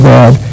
God